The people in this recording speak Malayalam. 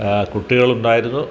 കുട്ടികൾ ഉണ്ടായിരുന്നു